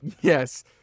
Yes